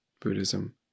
Buddhism